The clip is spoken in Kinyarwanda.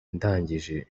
ndangije